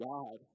God